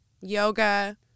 yoga